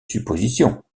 suppositions